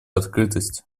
открытость